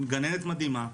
עם גננת מדהימה,